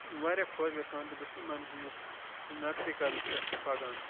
واریاہ خۄش گژھان تہٕ بہٕ چھُس یِمَن ہِنٛدِس نقشے قدمَس پٮ۪ٹھ پَکان